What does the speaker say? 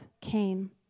came